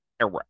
Error